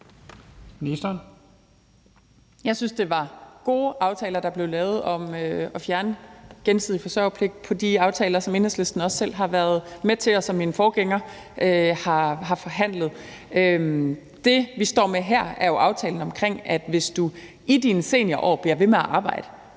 Jeg synes, at det var gode aftaler, der blev lavet om at fjerne gensidig forsørgerpligt i de aftaler, som Enhedslisten også selv har været med til, og som min forgænger har forhandlet. Det, vi står med her, er aftalen om, om du – hvis du i dine seniorår bliver ved med at arbejde